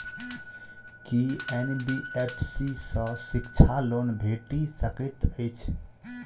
की NBFC सँ शिक्षा loan भेटि सकैत अछि?